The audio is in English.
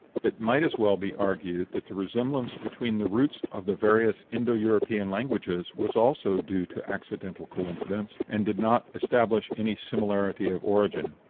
it might as well be argued that the resemblance between the roots of the various indo-european languages was also due to accidental coincidence, and did not establish any similarity of origin.